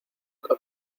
que